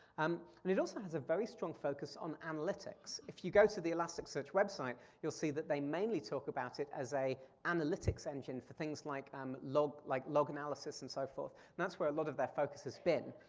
um and it also has a very strong focus on analytics. if you go to the elasticsearch website, you'll see that they mainly talk about it as a analytics engine for things like um log like log analysis and so forth. and that's where a lot of their focus has been.